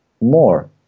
More